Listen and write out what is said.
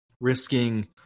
risking